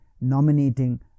nominating